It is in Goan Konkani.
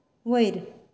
वयर